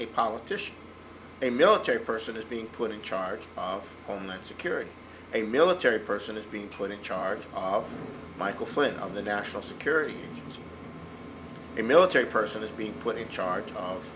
a politician a military person is being put in charge of homeland security a military person is being put in charge of michael flynn of the national security the military person has been put in charge of